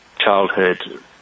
childhood